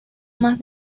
más